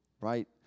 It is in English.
right